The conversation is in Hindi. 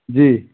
जी